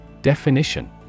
Definition